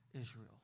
Israel